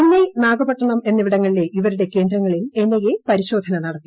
ചെന്നൈ നാഗപ്പട്ടണം എന്നിവിടങ്ങളിലെ ഇവരുടെ കേന്ദ്രങ്ങളിൽ എൻഐ പരിശോധന നടത്തി